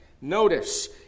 Notice